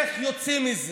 איך יוצאים מזה?